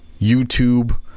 YouTube